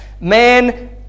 man